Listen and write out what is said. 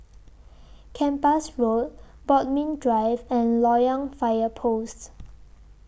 Kempas Road Bodmin Drive and Loyang Fire Post